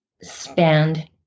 spend